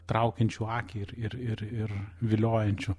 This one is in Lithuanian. traukiančių akį ir ir ir ir viliojančių